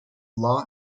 law